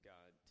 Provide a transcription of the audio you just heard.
God